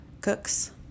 Cook's